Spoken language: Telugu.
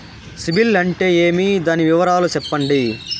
సిబిల్ అంటే ఏమి? దాని వివరాలు సెప్పండి?